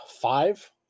five